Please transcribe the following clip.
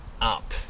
up